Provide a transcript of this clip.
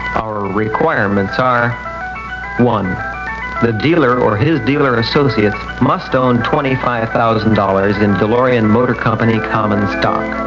our requirements are one the dealer or his dealer associates must own twenty five thousand dollars in delorean motor company common stock.